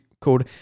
called